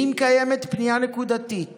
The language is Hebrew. אם קיימת פנייה נקודתית